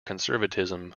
conservatism